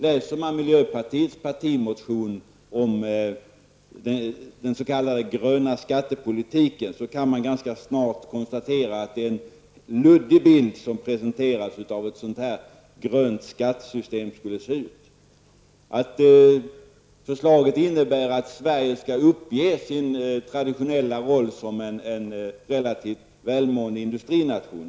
Läser man miljöpartiets partimotion om den s.k. gröna skattepolitiken kan man ganska snart konstatera att det presenteras en luddig bild av hur ett grönt skattepaket skulle se ut. Förslaget skulle helt klart innebära att Sverige skulle uppge sin traditionella roll som en relativt välmående industrination.